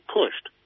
pushed